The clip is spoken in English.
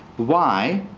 why?